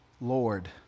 Lord